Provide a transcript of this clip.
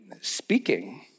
speaking